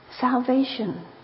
Salvation